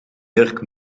jurk